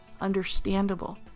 understandable